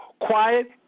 quiet